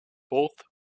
both